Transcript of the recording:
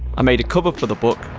i made a cover for the book.